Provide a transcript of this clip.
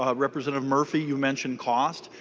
um representative murphy you mentioned cost.